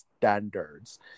standards